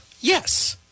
yes